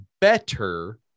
better